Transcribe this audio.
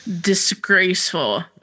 disgraceful